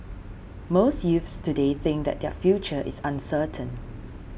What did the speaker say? most youths today think that their future is uncertain